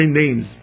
names